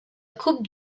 coupe